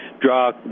draw